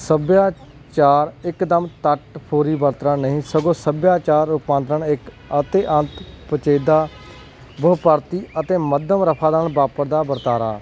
ਸੱਭਿਆਚਾਰ ਇਕ ਦਮ ਤੱਟ ਫੌਰੀ ਵਰਤਾਰਾ ਨਹੀਂ ਸਗੋਂ ਸੱਭਿਆਚਾਰ ਰੂਪਾਂਤਰਣ ਇੱਕ ਅਤਿਅੰਤ ਪੇਚੀਦਾ ਬਹੁ ਪਰਤੀ ਅਤੇ ਮੱਧਮ ਰਫਤਾਰ ਵਾਪਰਦਾ ਵਰਤਾਰਾ